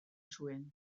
zuen